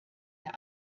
der